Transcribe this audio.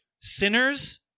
Sinners